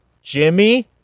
Jimmy